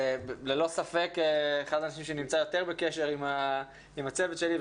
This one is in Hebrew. וללא ספק אחד האנשים שנמצא יותר בקשר עם הצוות שלי,